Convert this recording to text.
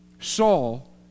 Saul